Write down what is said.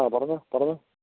ആ പറഞ്ഞോ പറഞ്ഞോ